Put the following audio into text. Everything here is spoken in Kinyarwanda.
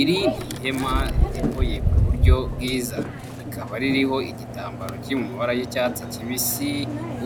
Iri ni ihema ridekoye ku buryo bwiza. Rikaba ririho igitambaro kiri mu mabara y'icyatsi kibisi